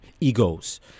Egos